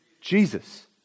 Jesus